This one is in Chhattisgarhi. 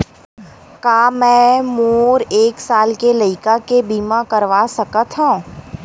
का मै मोर एक साल के लइका के बीमा करवा सकत हव?